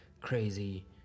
crazy